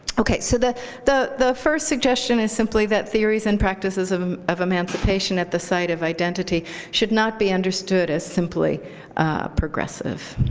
ok. so the the first suggestion is simply that theories and practices of of emancipation at the site of identity should not be understood as simply progressive.